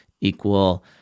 equal